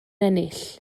ennill